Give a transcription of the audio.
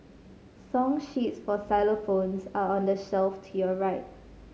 song sheets for xylophones are on the shelf to your right